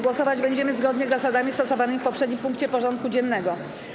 Głosować będziemy zgodnie z zasadami stosowanymi w poprzednim punkcie porządku dziennego.